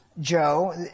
Joe